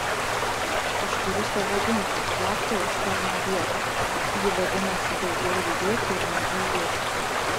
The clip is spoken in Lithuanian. aš turiu savo ginklą slaptą užkalnio dietą ji vadinasi daugiau judėti ir mažiau ėsti